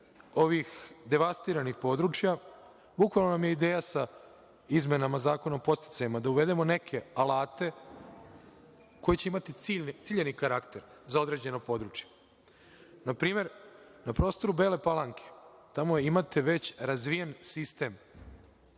ovih devastiranih područja, bukvalno nam je ideja sa izmenama Zakona o podsticajima, da uvedemo neke alate koji će imati ciljani karakter za određeno područje. Na primer, na prostoru Bele Palanke, tamo imate već razvijen sistem